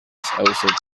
possible